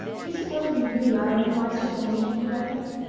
do you suppose we really are any wiser than when we came to redmond?